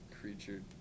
creature